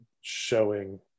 showing